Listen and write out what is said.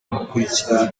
gukurikira